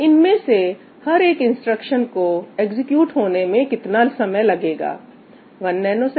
इनमें से हर एक इंस्ट्रक्शन को एग्जीक्यूट होने में कितना समय लगेगा 1 ns